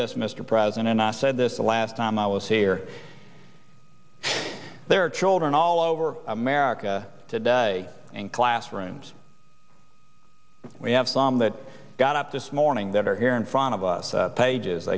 this mr president and i said this the last time i was here there are children all over america today in classrooms we have some that got up this morning that are here in front of us pages